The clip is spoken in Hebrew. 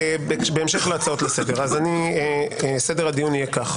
בהמשך להצעות לסדר, סדר הדיון יהיה כך